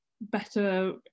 better